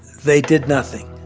they did nothing.